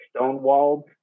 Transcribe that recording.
stonewalled